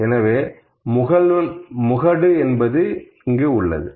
எனவே முகடு என்பது இங்கு உள்ளது